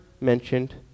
mentioned